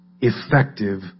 effective